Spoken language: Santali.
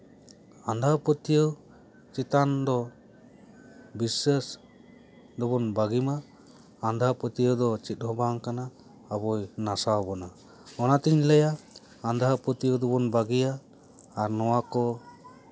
ᱟᱸᱫᱷᱟᱯᱟᱹᱛᱭᱟᱹᱣ ᱪᱮᱛᱟᱱ ᱫᱚ ᱵᱤᱥᱥᱟᱹᱥ ᱫᱚᱵᱚᱱ ᱵᱟᱹᱜᱤ ᱢᱟ ᱟᱸᱫᱷᱟᱯᱟᱹᱛᱭᱟᱹᱣ ᱫᱚ ᱪᱮᱫ ᱦᱚᱸ ᱵᱟᱝ ᱠᱟᱱᱟ ᱟᱵᱚᱭ ᱱᱟᱥᱟᱣ ᱵᱚᱱᱟ ᱚᱱᱟ ᱛᱤᱧ ᱞᱟᱹᱭᱟ ᱟᱸᱫᱷᱟᱯᱟᱹᱛᱭᱟᱹᱣ ᱫᱚᱵᱚᱱ ᱵᱟᱹᱜᱤᱭᱟ ᱟᱨ ᱱᱚᱶᱟ ᱠᱚ